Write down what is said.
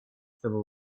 чтобы